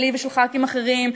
שלי ושל חברי כנסת אחרים,